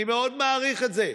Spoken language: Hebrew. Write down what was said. אני מאוד מעריך את זה,